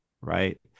right